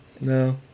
No